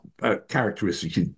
characteristics